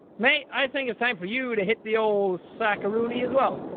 mae, i think it's time for you to hit the old sackroonie as well.